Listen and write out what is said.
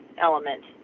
element